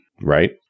Right